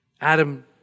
Adam